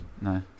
No